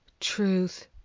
truth